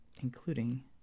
including